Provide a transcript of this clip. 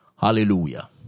Hallelujah